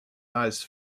eyes